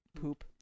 poop